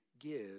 give